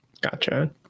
gotcha